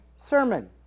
sermon